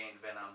venom